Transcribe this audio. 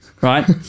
Right